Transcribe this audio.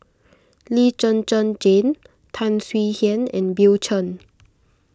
Lee Zhen Zhen Jane Tan Swie Hian and Bill Chen